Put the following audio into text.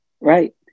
Right